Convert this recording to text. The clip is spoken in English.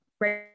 right